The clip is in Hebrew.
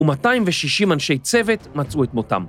‫260 אנשי צוות מצאו את מותם.